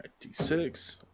d6